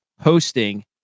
hosting